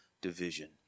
division